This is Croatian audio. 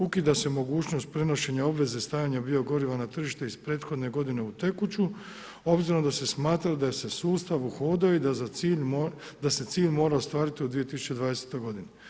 Ukida se mogućnost prenošenja obveze stajanja bio goriva na tržištu iz prethodne godine u tekuću, obzirom da se smatra da se sustav uhodao i da se cilj mora ostvariti u 2020. godini.